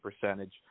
percentage